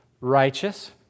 Righteous